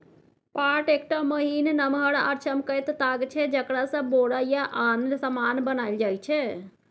पाट एकटा महीन, नमहर आ चमकैत ताग छै जकरासँ बोरा या आन समान बनाएल जाइ छै